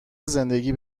زندگی